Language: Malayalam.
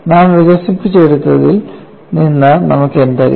നാം വികസിപ്പിച്ചെടുത്തതിൽ നിന്ന് നമുക്കെന്തറിയാം